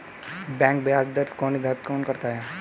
Bank ब्याज दर को निर्धारित कौन करता है?